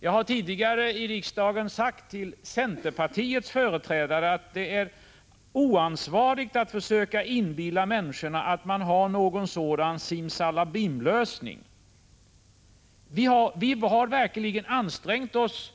Jag har tidigare i riksdagen sagt till centerpartiets företrädare att det är oansvarigt att försöka inbilla människorna att centern har någon sådan simsalabimlösning. Vi har verkligen ansträngt oss